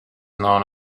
known